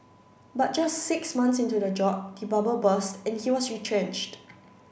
but just six months into the job the bubble burst and he was retrenched